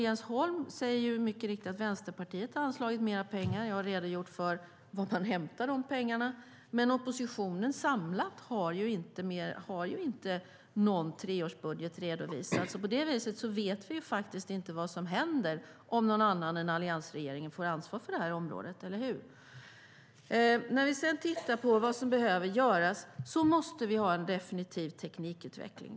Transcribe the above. Jens Holm säger, mycket riktigt, att Vänsterpartiet har anslagit mer pengar. Jag har redogjort för var pengarna hämtas från. Men oppositionen samlat har inte redovisat en treårsbudget. På det viset vet vi faktiskt inte vad som händer om någon annan än alliansregeringen får ansvar för området - eller hur? När vi sedan tittar på vad som behöver göras måste det definitivt ske en teknikutveckling.